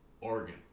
Oregon